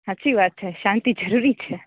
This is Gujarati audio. સાચી વાત છે શાંતિ જરૂરી છે